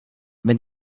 wenn